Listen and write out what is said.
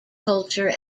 culture